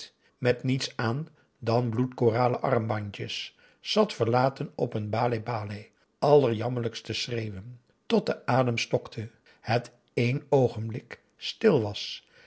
met niets aan dan bloedkoralen armbandjes zat verlaten op een baleh-baleh allerjammerlijkst te schreeuwen tot de adem stokte het een oogenblik stil was